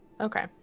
okay